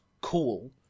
cool